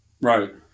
Right